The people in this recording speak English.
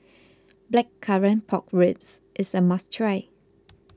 Blackcurrant Pork Ribs is a must try